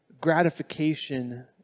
gratification